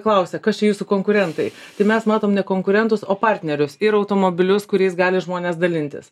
klausia kas čia jūsų konkurentai tai mes matome ne konkurentus o partnerius ir automobilius kuriais gali žmones dalintis